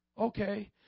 Okay